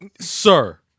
sir